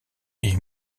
est